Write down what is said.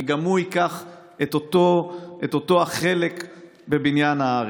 כי גם הוא ייקח את אותו החלק בבניין הארץ.